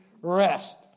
rest